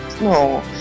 no